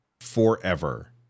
forever